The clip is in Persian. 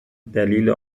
دلیل